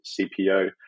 CPO